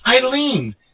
Eileen